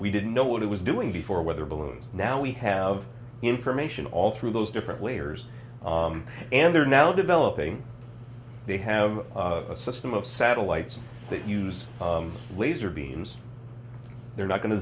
we didn't know what it was doing before weather balloons and now we have information all through those different layers and they're now developing they have a system of satellites that use laser beams they're not going to